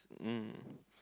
um